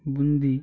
boondi